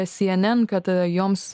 cnn kad joms